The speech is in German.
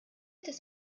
des